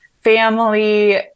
family